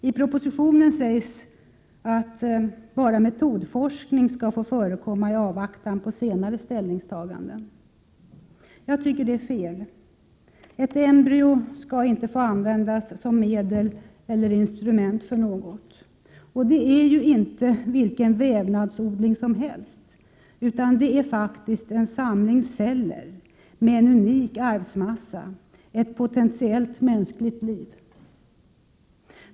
I propositionen sägs att bara metodforskning skall få förekomma i avvaktan på senare ställningstaganden. Jag tycker att det är fel. Ett embryo skall inte få användas som medel eller instrument för något. Och det är ju inte vilken vävnadsodling som helst, utan det är faktiskt en samling celler med en unik arvsmassa — ett potentiellt mänskligt liv.